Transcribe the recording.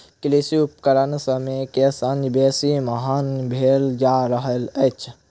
कृषि उपकरण समय के संग बेसी महग भेल जा रहल अछि